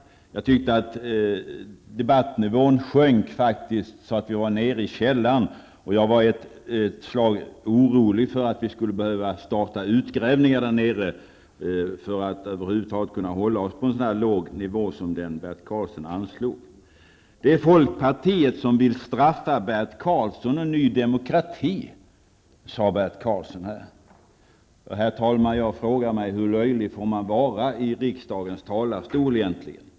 Jag tycker att debattnivån sjönk så att vi var nere i källaren. Jag var ett slag orolig för att vi skulle behöva starta utgrävningar där nere för att över huvud taget kunna hålla oss på en så låg nivå som den Bert Karlsson intagit. Det är folkpartiet som vill straffa Bert Karlsson och Ny Demokrati, sade Bert Karlsson. Jag undrar, herr talman: Hur löjlig får man vara i riksdagens talarstol egentligen?